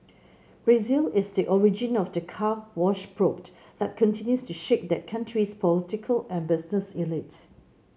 Brazil is the origin of the Car Wash probe that continues to shake that country's political and business elite